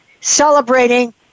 celebrating